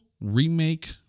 Remake